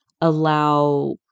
allow